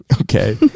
Okay